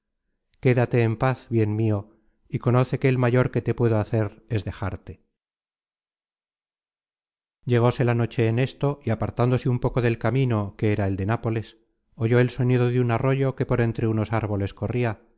quédate en paz bien mio y conoce que el mayor que te puedo hacer es dejarte llegóse la noche en esto y apartándose un poco del camino que era el de nápoles oyó el sonido de un arroyo que por entre unos árboles corria